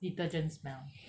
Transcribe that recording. detergent smell